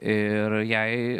ir jai